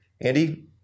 andy